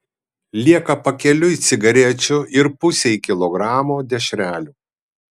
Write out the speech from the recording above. lieka pakeliui cigarečių ir pusei kilogramo dešrelių